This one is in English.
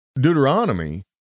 Deuteronomy